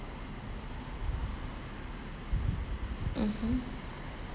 mmhmm